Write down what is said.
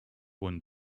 one